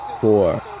Four